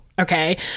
Okay